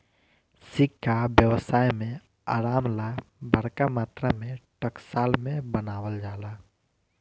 सिक्का व्यवसाय में आराम ला बरका मात्रा में टकसाल में बनावल जाला